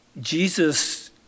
Jesus